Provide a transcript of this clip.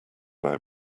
now